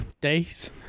Days